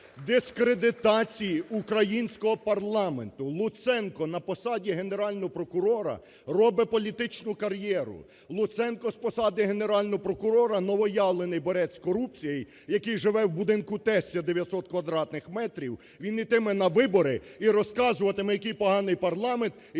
дискредитації українського парламенту. Луценко на посаді Генерального прокурора робить політичну кар’єру, Луценко з посади Генерального прокурора новоявлений борець з корупцією, який живе в будинку тестя в 900 квадратних метрів, він ітиме на вибори і розказуватиме, який поганий парламент і